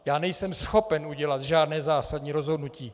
Já nejsem schopen udělat žádné zásadní rozhodnutí.